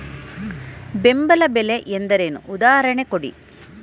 ಬೆಂಬಲ ಬೆಲೆ ಎಂದರೇನು, ಉದಾಹರಣೆ ಕೊಡಿ?